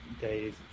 days